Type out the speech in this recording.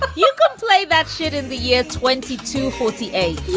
you couldn't play that shit in the year. twenty to forty eight